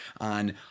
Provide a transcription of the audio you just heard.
on